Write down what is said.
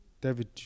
David